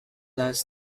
last